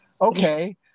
Okay